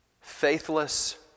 Faithless